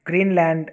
Greenland